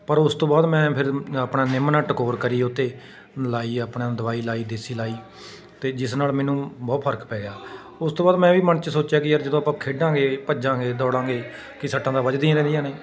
ਪਰ ਉਸ ਤੋਂ ਬਾਅਦ ਮੈਂ ਫਿਰ ਆਪਣਾ ਨਿੰਮ ਨਾਲ ਟਕੋਰ ਕਰੀ ਉਸ 'ਤੇ ਲਗਾਈ ਆਪਣੇ ਆਪ ਦਵਾਈ ਲਗਾਈ ਦੇਸੀ ਲਗਾਈ ਅਤੇ ਜਿਸ ਨਾਲ ਮੈਨੂੰ ਬਹੁਤ ਫ਼ਰਕ ਪੈ ਗਿਆ ਉਸ ਤੋਂ ਬਾਅਦ ਮੈਂ ਵੀ ਮਨ 'ਚ ਸੋਚਿਆ ਕਿ ਯਾਰ ਜਦੋਂ ਆਪਾਂ ਖੇਡਾਂਗੇ ਭੱਜਾਂਗੇ ਦੌੜਾਂਗੇ ਕਿ ਸੱਟਾਂ ਦਾ ਵੱਜਦੀਆਂ ਹੀ ਰਹਿੰਦੀਆਂ ਨੇ